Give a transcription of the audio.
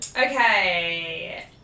okay